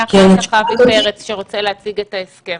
ואחר כך אבי פרץ שרוצה להציג את ההסכם.